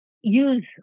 use